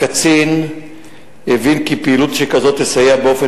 הקצין הבין כי פעילות שכזו תסייע באופן